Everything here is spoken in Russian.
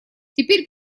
теперь